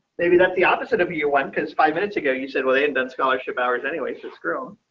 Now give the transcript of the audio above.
maybe that's the opposite of your one because five minutes ago you said, well, they had done scholarship hours anyway so screw.